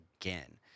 again